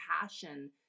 passion